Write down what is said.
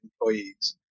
employees